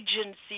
agency